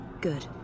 Good